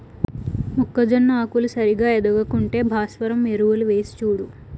మొక్కజొన్న ఆకులు సరిగా ఎదగక ఉంటే భాస్వరం ఎరువులు వేసిచూడు